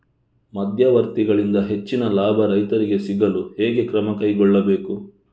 ಮಧ್ಯವರ್ತಿಗಳಿಂದ ಹೆಚ್ಚಿನ ಲಾಭ ರೈತರಿಗೆ ಸಿಗಲು ಹೇಗೆ ಕ್ರಮ ಕೈಗೊಳ್ಳಬೇಕು?